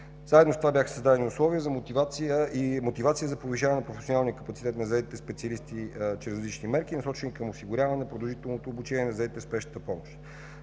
Заедно с това бяха създадени условия и мотивация за повишаване на професионалния капацитет на заетите специалисти чрез различни мерки, насочени към осигуряване на продължително обучение на заетите в спешната помощ.